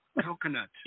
Coconut